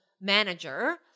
manager